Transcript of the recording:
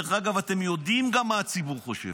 דרך אגב, אתם יודעים גם מה הציבור חושב.